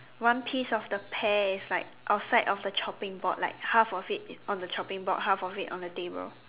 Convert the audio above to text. one piece of the pear is like outside of the chopping board like half of it is on the chopping board half of it on the table